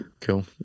Cool